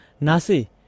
nasi